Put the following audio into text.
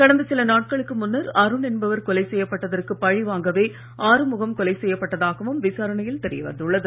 கடந்த சில நாட்களுக்கு முன்னர் அருண் என்பவர் கொலை செய்யப் பட்டதற்கு பழிவாங்கவே ஆறுமுகம் கொலை செய்யப்பட்டதாகவும் விசாரணையில் தெரியவந்துள்ளது